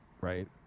Right